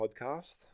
podcast